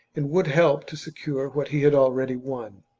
and would help to secure what he had already won.